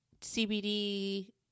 CBD